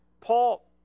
paul